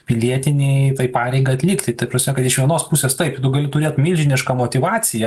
pilietinei tai pareigai atlikti ta prasme kad iš vienos pusės taip tu gali turėt milžinišką motyvaciją